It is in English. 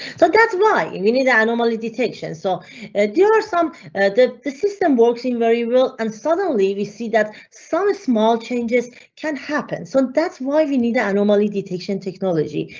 so that's why and we need the anomaly detection. so ah dealer some the the system works in very well and suddenly we see that some small changes can happen, so that's why we need an anomaly detection technology.